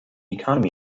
economy